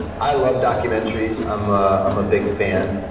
i love documentaries. i'm ah i'm a big fan.